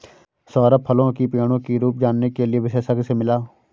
सौरभ फलों की पेड़ों की रूप जानने के लिए विशेषज्ञ से मिला